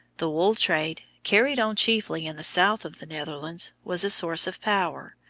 the wool trade, carried on chiefly in the south of the netherlands, was a source of power,